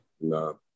No